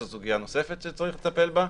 זאת סוגיה נוספת שצריך לטפל בה.